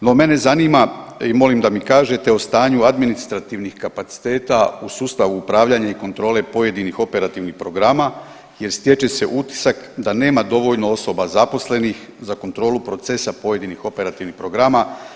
No, mene zanima i molim da mi kažete o stanju administrativnih kapaciteta u sustavu upravljanja i kontrole pojedinih operativnih programa jer stječe se utisak da nema dovoljno osoba zaposlenih za kontrolu procesa pojedinih operativnih programa.